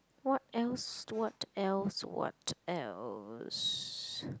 what else what else what else